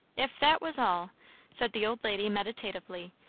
if that was all said the old lady meditatively,